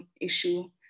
issue